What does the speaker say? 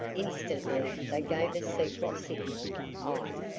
instantly they gave a secret signal i,